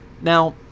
Now